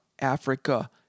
Africa